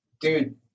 dude